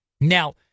Now